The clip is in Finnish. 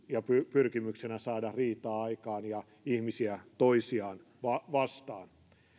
pyrkimyksenä saada riitaa aikaan ja ihmisiä toisiaan vastaan